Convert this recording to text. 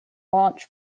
launch